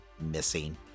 missing